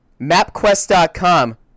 MapQuest.com